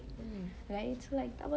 mm